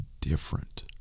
different